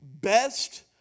best